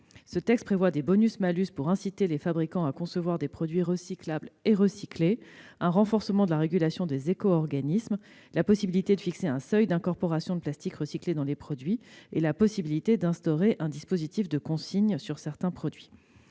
Ce texte prévoit des bonus-malus pour inciter les fabricants à concevoir des produits recyclables et recyclés, un renforcement de la régulation des éco-organismes, la possibilité de fixer un seuil d'incorporation de plastique recyclé dans les produits et celle d'instaurer un dispositif de consigne sur certains produits.